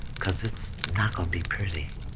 cause it's not gonna be pretty